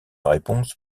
réponse